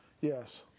Yes